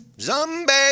Zombie